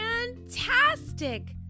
Fantastic